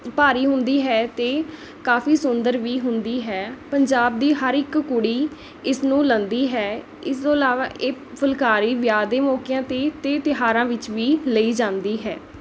ਭਾਰੀ ਹੁੰਦੀ ਹੈ ਅਤੇ ਕਾਫ਼ੀ ਸੁੰਦਰ ਵੀ ਹੁੰਦੀ ਹੈ ਪੰਜਾਬ ਦੀ ਹਰ ਇੱਕ ਕੁੜੀ ਇਸ ਨੂੰ ਲੈਂਦੀ ਹੈ ਇਸ ਤੋਂ ਇਲਾਵਾ ਇਹ ਫੁੱਲਕਾਰੀ ਵਿਆਹ ਦੇ ਮੌਕਿਆਂ 'ਤੇ ਅਤੇ ਤਿਉਹਾਰਾਂ ਵਿੱਚ ਵੀ ਲਈ ਜਾਂਦੀ ਹੈ